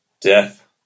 Death